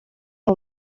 uwo